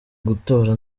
gutora